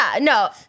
no